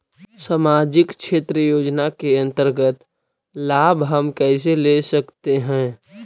समाजिक क्षेत्र योजना के अंतर्गत लाभ हम कैसे ले सकतें हैं?